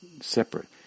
separate